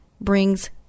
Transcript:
brings